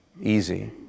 easy